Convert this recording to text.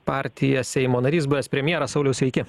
partija seimo narys buvęs premjeras sauliau sveiki